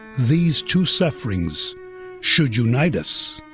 these two sufferings should unite us,